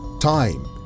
time